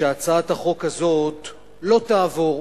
שהצעת החוק הזאת לא תעבור,